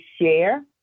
share